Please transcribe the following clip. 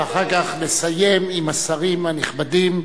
ואחר כך נסיים עם השרים הנכבדים,